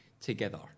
together